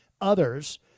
others